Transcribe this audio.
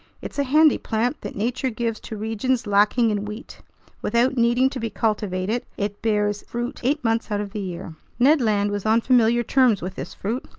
it's a handy plant that nature gives to regions lacking in wheat without needing to be cultivated, it bears fruit eight months out of the year. ned land was on familiar terms with this fruit.